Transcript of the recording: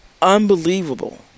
unbelievable